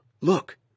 Look